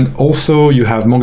and also you have